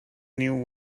new